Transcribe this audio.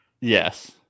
Yes